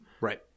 right